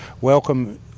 welcome